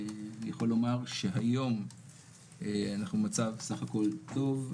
אני יכול לומר שהיום אנחנו במצב סך הכל טוב,